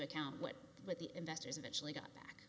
account what what the investors eventually got back